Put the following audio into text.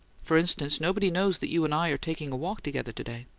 for instance, nobody knows that you and i are taking a walk together today.